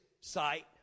sight